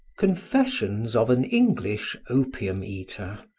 confessions of an english opium-eater,